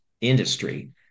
industry